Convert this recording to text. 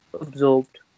absorbed